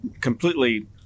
completely